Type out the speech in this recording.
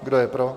Kdo je pro?